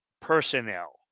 personnel